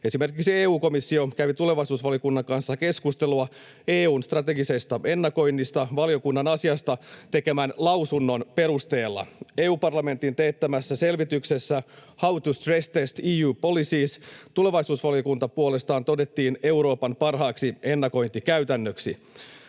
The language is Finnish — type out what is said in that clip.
Esimerkiksi EU-komissio kävi tulevaisuusvaliokunnan kanssa keskustelua EU:n strategisesta ennakoinnista valiokunnan asiasta tekemän lausunnon perusteella. EU-parlamentin teettämässä selvityksessä How to stress-test EU policies tulevaisuusvaliokunta puolestaan todettiin Euroopan parhaaksi ennakointikäytännöksi.